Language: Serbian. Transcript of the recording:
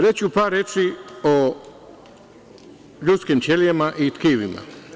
Reći ću par reči o ljudskim ćelijama i tkivima.